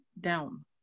down